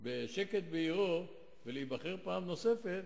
בשקט בעירו ולהיבחר פעם נוספת,